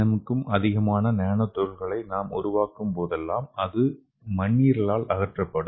M க்கும் அதிகமான nano துகள்களை நாம் உருவாக்கும் போதெல்லாம் அது மண்ணீரலால் அகற்றப்படும்